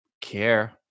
care